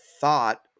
thought